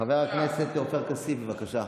חבר הכנסת עופר כסיף, בבקשה.